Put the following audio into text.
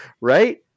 Right